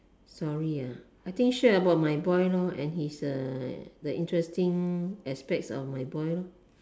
sorry ah I think share about my boy lor and his uh the interesting aspects of my boy lor